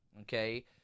okay